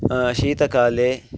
शीतकाले